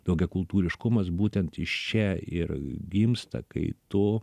daugiakultūriškumas būtent iš čia ir gimsta kai tu